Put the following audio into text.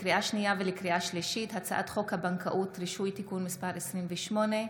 לקריאה שניה ולקריאה שלישית: הצעת חוק הבנקאות (רישוי) (תיקון מס' 28),